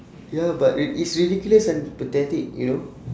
ya but it is ridiculous and pathetic you know